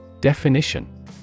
Definition